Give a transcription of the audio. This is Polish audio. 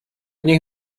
niech